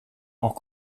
auch